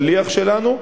שליח שלנו,